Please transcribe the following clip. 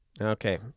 Okay